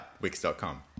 Wix.com